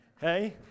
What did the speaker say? Hey